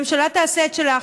והממשלה תעשה את שלה.